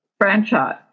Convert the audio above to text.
Franchise